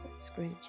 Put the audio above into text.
Scrooge